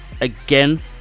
again